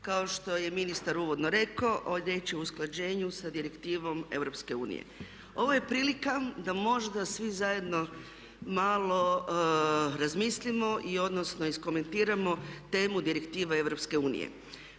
Kao što je ministar uvodno rekao riječ je o usklađenju sa Direktivom EU. Ovo je prilika da možda svi zajedno malo razmislimo i iskomentiramo temu direktiva EU.